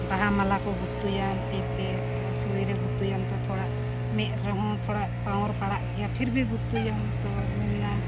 ᱵᱟᱦᱟ ᱢᱟᱞᱟ ᱠᱚ ᱜᱩᱛᱩᱭᱟᱢ ᱛᱤ ᱛᱮ ᱛᱳ ᱥᱩᱭᱨᱮ ᱜᱩᱛᱩᱭᱟᱢ ᱛᱳ ᱛᱷᱚᱲᱟ ᱢᱮᱫ ᱨᱮᱦᱚᱸ ᱛᱷᱚᱲᱟ ᱯᱟᱲᱟᱜ ᱜᱮᱭᱟ ᱯᱷᱤᱨ ᱵᱷᱤ ᱜᱩᱛᱩᱭᱟᱢ ᱛᱳ ᱢᱮᱱᱟᱢ